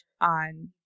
on